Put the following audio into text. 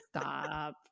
stop